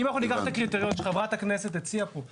אם אנחנו ניקח את הקריטריון שחברת הכנסת הציעה פה,